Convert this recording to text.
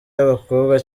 y’abakobwa